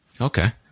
Okay